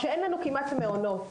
שאין לנו כמעט מעונות.